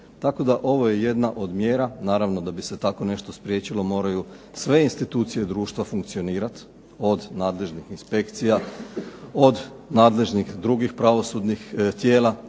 ovo je jedna od mjera, naravno da bi se tako nešto spriječilo moraju sve institucije društva funkcionirati, od nadležnih inspekcija, od nadležnih drugih pravosudnih tijela